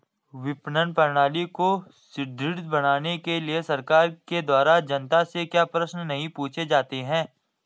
विपणन प्रणाली को सुदृढ़ बनाने के लिए सरकार के द्वारा जनता से क्यों प्रश्न नहीं पूछे जाते हैं?